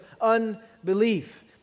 unbelief